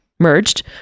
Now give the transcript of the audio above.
merged